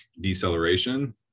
deceleration